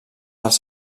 dels